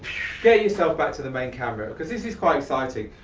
get yourself back to the main camera because this is quite exciting.